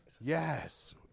Yes